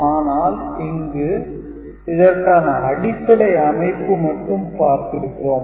ஆனால் இங்கு இதற்கான அடிப்படை அமைப்பு மட்டும் பற்றி பார்த்திருக்கிறோம்